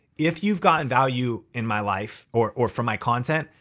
if you've gotten value in my life or or from my content,